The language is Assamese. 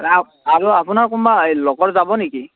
আ আৰু আপোনাৰ কোনোবা লগৰ যাব নেকি